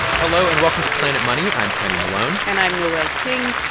hello. and welcome to planet money. i'm kenny malone and i'm noel king.